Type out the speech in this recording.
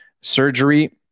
surgery